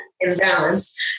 Imbalance